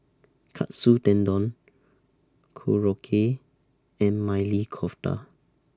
Katsu Tendon Korokke and Maili Kofta